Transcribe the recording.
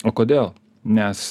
o kodėl nes